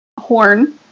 horn